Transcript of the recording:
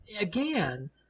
again